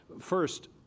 First